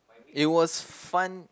it was fun